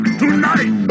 tonight